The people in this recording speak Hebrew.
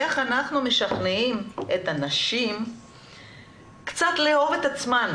איך אנחנו משכנעים את הנשים קצת לאהוב את עצמן,